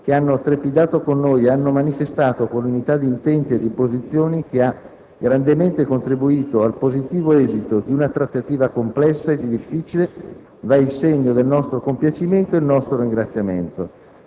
che hanno trepidato con noi e hanno manifestato con unità di intenti e di posizioni, che ha grandemente contribuito al positivo esito di una trattativa complessa e difficile, vanno il segno del nostro compiacimento e il nostro ringraziamento.